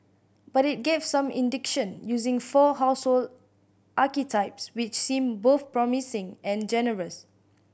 but it gave some indication using four household archetypes which seem both promising and generous